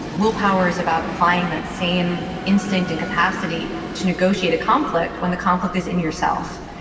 willpower is about applying that same instinct and capacity to negotiate a conflict when the conflict is in yourself.